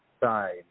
side